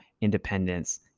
independence